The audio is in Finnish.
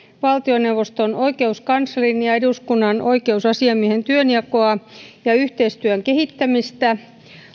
valtioneuvoston oikeuskanslerin ja eduskunnan oikeusasiamiehen työnjakoa ja yhteistyön kehittämistä